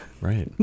right